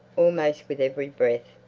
almost with every breath,